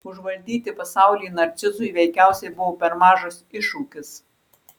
užvaldyti pasaulį narcizui veikiausiai buvo per mažas iššūkis